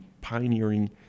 pioneering